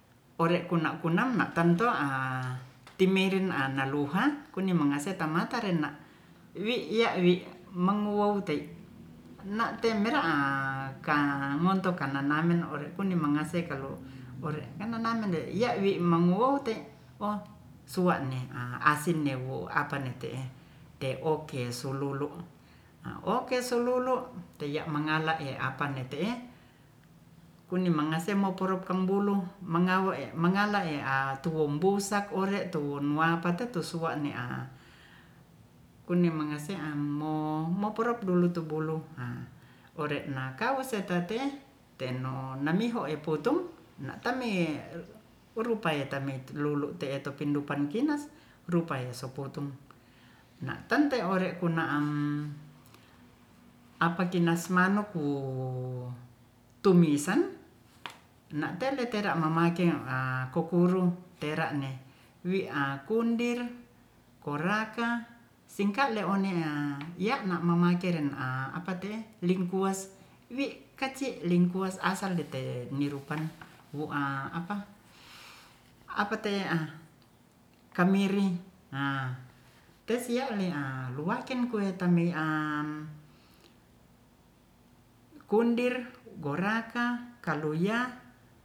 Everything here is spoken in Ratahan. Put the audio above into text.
Ore'kunam-kunam tanto'a timiren ana'luha koni mngasetan matarena' wi'ya'wi manguwou tei' na'te'mera'a ka ngontokananamen ore kundi mangase kalo ore' ngananamende iya'wi manguwowu tei' oh suwa'ne a asin newo apane te'e te'oke sululu a oke sululu teya'mangala e'apa ne te'e kuni mangase moporoup kambulu mengawoie mengalah e'a towumbusak ore tuwumapa tetusua'a me'a kunimangase'am mo moporop dulu tu bulu ha ore'na kau setate te'no namiho eputung na'tamie rupaye ta'mi lulute e'to pindupan kinas rupaye sopotong na'tante ore'kuna'am apakinas manukku wu tumisan na'teletera mamake a kokuru tera'ne wi'a kundir goraka singkale'one'a ya'na mamakeren'a apate'e lingkuas wi'kaci lingkuas asal dete nirupan wu'a apa- te'a kamiri a tesialle'a luwaken kuwetami'a kundir goraka kalu ya